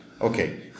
Okay